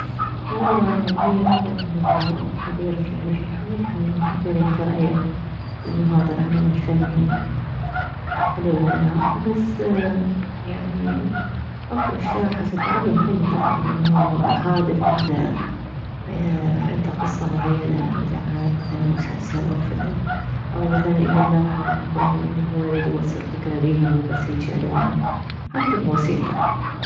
والله يعني هي الافضل انه خبير يعني انه خبير ينطي رأيه انه هذا العمل الفني حلو لولا بس يعني اكو اشياء حسب العمل الفني طبعا انه هادف عنده عنده قصة معينة اذا كانت مسلسل او فلم او مثلا اذا لوحة مبين انه يريد يوصل فكرة بيها مو بس هيجي الوان حتى الموسيقى